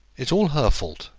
it's all her fault,